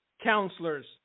counselors